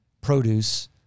produce